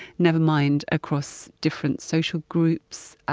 never mind across different social groups,